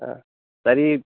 ह तर्हि